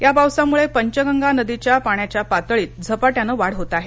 या पावसामुळे पंचगंगा नदीच्या पाण्याच्या पातळीत झपाट्याने वाढ होत आहे